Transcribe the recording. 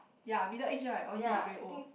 yea middle age right or is it very old